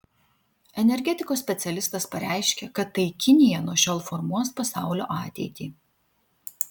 energetikos specialistas pareiškė kad tai kinija nuo šiol formuos pasaulio ateitį